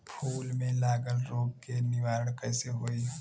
फूल में लागल रोग के निवारण कैसे होयी?